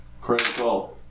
Critical